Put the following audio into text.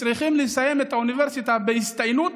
צריכים לסיים את האוניברסיטה בהצטיינות